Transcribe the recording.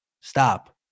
Stop